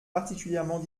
particulièrement